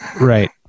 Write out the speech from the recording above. right